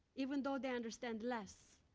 even though they understand less.